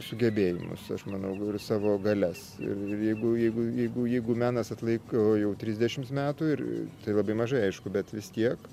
sugebėjimus aš manau ir savo galias ir jeigu jeigu jeigu jeigu menas atlaiko jau trisdešimt metų ir tai labai mažai aišku bet vis tiek